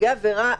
נפגעי עבירה,